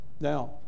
now